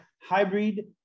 hybrid